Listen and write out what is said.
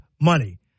money